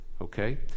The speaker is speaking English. Okay